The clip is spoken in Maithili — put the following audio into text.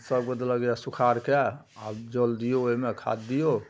सबके देलक यऽ सुखाड़के आब जल दिऔ ओहिमे खाद दिऔ